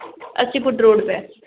अस्सी foot road पे